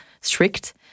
strict